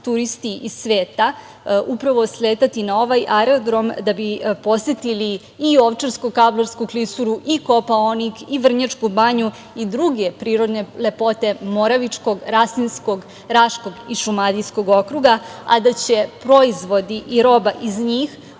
turisti iz sveta upravo sletati na ovaj aerodrom da bi posetili i Ovčarsko-kablarsku klisuru i Kopaonik i Vrnjačku Banju i druge prirodne lepote moravičkog, rasinskog, raškog i šumadijskog okruga, a da će proizvodi i roba iz njih